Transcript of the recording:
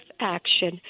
action